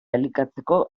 elikatzeko